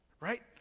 right